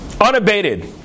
Unabated